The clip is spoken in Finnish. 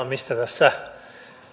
mistä tässä